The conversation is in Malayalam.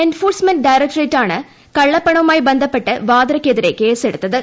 എൻഫോഴ്സ്മെന്റ് ഡയറക്ടറേറ്റാണ് കള്ളപ്പണവുമായി ബന്ധപ്പെട്ട് വിദ്രയ്ക്കെതിരെ കേസെടുത്തത്